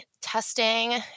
testing